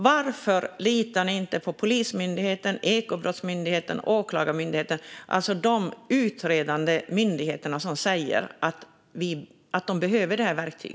Varför litar ni inte på de utredande myndigheterna när de säger att de behöver detta verktyg?